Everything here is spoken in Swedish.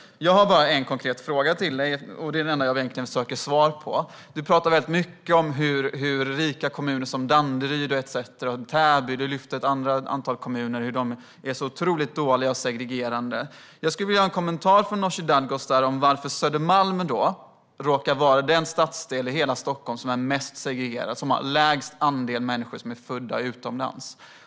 Jag har en konkret fråga till dig som jag söker svar på. Du talar mycket om hur rika kommuner som Danderyd, Täby och så vidare är så otroligt dåliga och segregerade. Jag skulle vilja ha en kommentar från Nooshi Dadgostar om varför Södermalm råkar vara den mest segregerade stadsdelen i Stockholm och har minst andel människor som är födda utomlands.